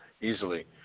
easily